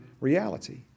reality